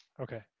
okay